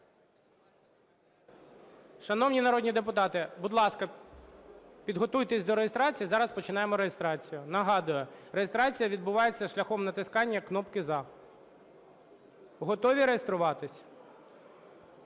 Шановні народні депутати, будь ласка, підготуйтесь до реєстрації. Зараз починаємо реєстрацію. Нагадую, реєстрація відбувається шляхом натискання кнопки "за". Готові реєструватись?